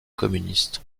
communistes